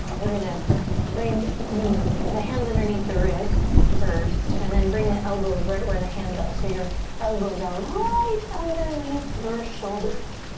we're gonna bring the hands underneath the wrists first and then bring the elbows right where the hands are. so your elbows are right underneath your shoulders.